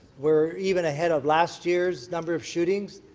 we're even ahead of last year's number of shootings